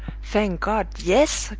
thank god yes!